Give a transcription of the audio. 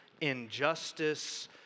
injustice